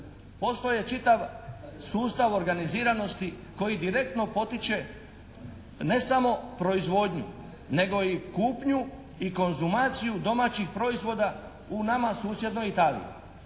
Postoje čitav sustav organiziranosti koji direktno potiče ne samo proizvodnju nego i kupnju i konzumaciju domaćih proizvoda u nama susjednoj Italiji.